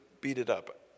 beat-it-up